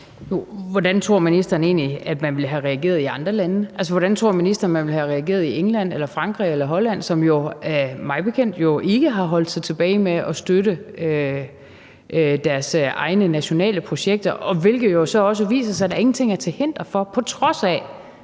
Hvordan tror ministeren egentlig man ville have reageret i andre lande? Altså, hvordan tror ministeren man ville have reageret i England eller Frankrig eller Holland, som jo mig bekendt ikke har holdt sig tilbage med at støtte deres egne nationale projekter? Hvilket jo så også viser, at der ikke er noget til hinder for det. På trods af